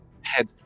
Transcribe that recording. head